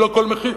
היא לא כל מחיר.